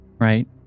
right